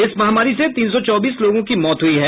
इस महामारी से तीन सौ चौबीस लोगों की मौत हुई है